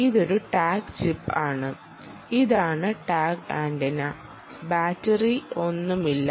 ഇതൊരു tag chip ആണ് ഇതാണ് ടാഗ് ആന്റിന ബാറ്ററിയൊന്നുമില്ല